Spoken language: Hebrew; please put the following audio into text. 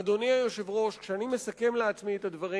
אדוני היושב-ראש, כשאני מסכם לעצמי את הדברים,